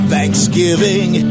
Thanksgiving